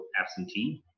absentee